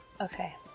Okay